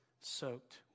soaked